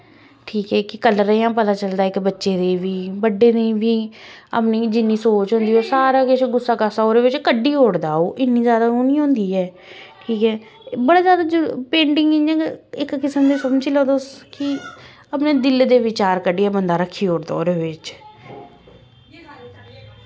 ठीक ऐ कि इक कलरें दा पता चलदा इक बच्चे गी बी बड्डें गी बी अपनी जि'न्नी बी सोच होंदी ओह् सारा किश गुस्सा गस्सा ओह्दे बिच कड्ढी ओड़दा ओह् इ'न्नी जादा ओह् निं होंदी ऐ ठीक ऐ बड़ा जादा पेंटिंग इ'यां गै इक किस्म दा समझी लैओ तुस कि अपने दिलै दे विचार कड्ढियै बंदा रक्खियै ओड़दा बंदा ओह्दे बिच